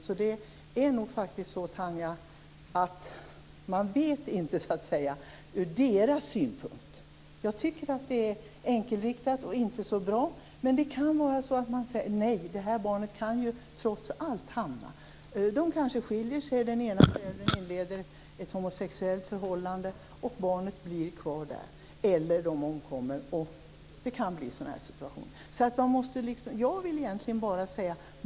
Det är nog faktiskt så, Tanja, att man inte vet hur det är ur dessa länders synpunkt. Jag tycker att det är enkelriktat och inte så bra. Det kan vara så att de säger: Nej, det här barnet kan trots allt hamna hos ett par som skiljer sig, varefter den ena föräldern inleder ett homosexuellt förhållande och barnet blir kvar där. Det kan hända att föräldrarna omkommer och andra besvärliga situationer.